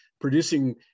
producing